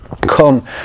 Come